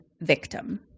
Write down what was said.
victim